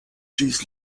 ĝis